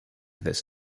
this